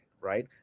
right